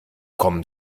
kommen